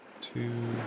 two